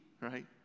right